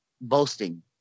boasting